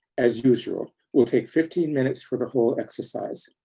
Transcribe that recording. as usual, we'll take fifteen minutes for the whole exercise.